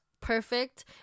perfect